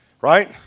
right